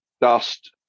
dust